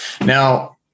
Now